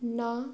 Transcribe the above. ਨਾ